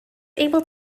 able